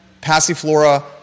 Passiflora